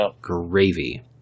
gravy